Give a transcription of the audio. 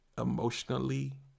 emotionally